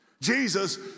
Jesus